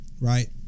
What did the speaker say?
right